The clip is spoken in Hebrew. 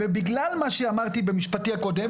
ובגלל מה שאמרתי במשפטי הקודם,